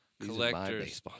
collectors